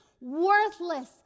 Worthless